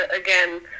again